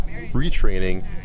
retraining